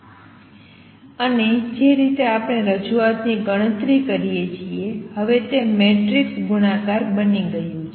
અને જે રીતે આપણે રજૂઆતની ગણતરી કરીએ છીએ હવે તે મેટ્રિક્સ ગુણાકાર બની ગયું છે